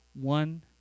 One